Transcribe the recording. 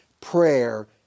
Prayer